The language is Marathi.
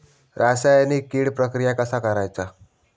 रासायनिक कीड प्रक्रिया कसा करायचा?